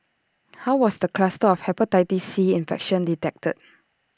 how was the cluster of Hepatitis C infection detected